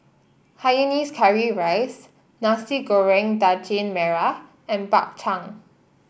Hainanese Curry Rice Nasi Goreng Daging Merah and Bak Chang